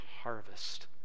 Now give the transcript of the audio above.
harvest